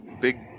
big